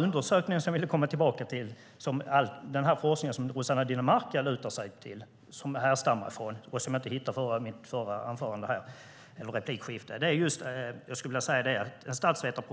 Jag vill komma tillbaka till den undersökning som den forskning som Rossana Dinamarca lutar sig mot härstammar från. Jag hittade inte papperet under min förra replik, men en professor i statsvetenskap